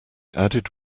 added